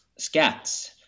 scats